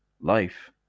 life